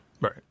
Right